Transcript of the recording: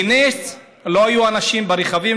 בנס לא היו אנשים ברכבים.